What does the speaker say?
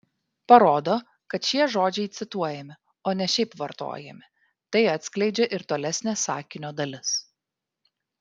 parodo kad šie žodžiai cituojami o ne šiaip vartojami tai atskleidžia ir tolesnė sakinio dalis